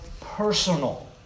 personal